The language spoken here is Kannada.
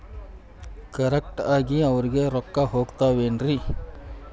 ಕರೆಕ್ಟ್ ಆಗಿ ಅವರಿಗೆ ರೊಕ್ಕ ಹೋಗ್ತಾವೇನ್ರಿ?